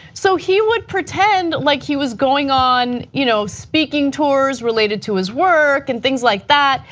so he would pretend like he was going on you know speaking tours related to his work and things like that,